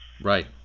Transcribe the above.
Right